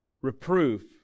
reproof